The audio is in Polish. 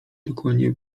dokładnie